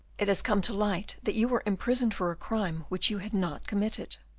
it has come to light that you were imprisoned for a crime which you had not committed.